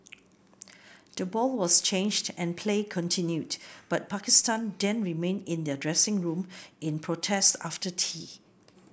the ball was changed and play continued but Pakistan then remained in their dressing room in protest after tea